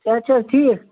صحت چھِو حظ ٹھیٖک